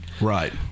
right